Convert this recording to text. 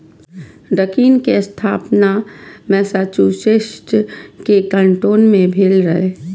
Dunkin के स्थापना Massachusetts के कैन्टोन मे भेल रहै